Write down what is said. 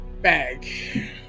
Bag